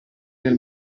nel